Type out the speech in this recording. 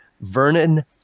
Vernon